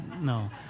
No